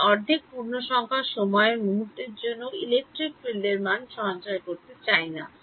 আমি অর্ধেক পূর্ণসংখ্যার সময়ের মুহূর্তের জন্য ইলেকট্রিক ফিল্ড এর মান সঞ্চয় করতে চাই না